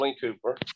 Cooper